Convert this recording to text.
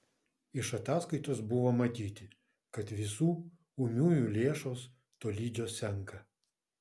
iš ataskaitos buvo matyti kad visų ūmiųjų lėšos tolydžio senka